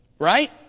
Right